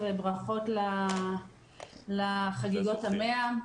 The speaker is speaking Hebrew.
ברכות לחגיגות ה-100.